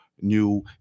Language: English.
New